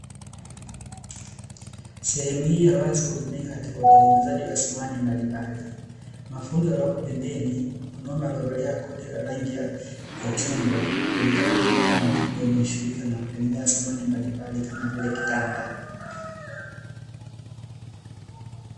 Sehemu hii ya wazi hutumika katika utengenezaji wa samani mbalimbali, mafundi waliopo pembeni, mwanaume aliyevalia koti la rangi ya chungwa, huonekana miongoni mwa mafundi wanaoshughulika na kutengeneza samani mbalimbali kama vile kitanda.